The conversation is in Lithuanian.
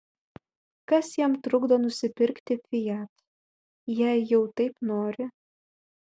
kas jam trukdo nusipirkti fiat jei jau taip nori